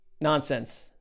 nonsense